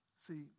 See